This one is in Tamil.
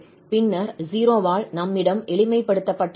பின்னர் 0 ஆல் நம்மிடம் எளிமைப்படுத்தப்பட்ட வடிவம் உள்ளது